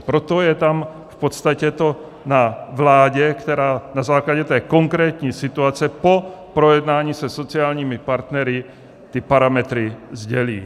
Proto je to tam v podstatě na vládě, která na základě konkrétní situace po projednání se sociálními partnery ty parametry sdělí.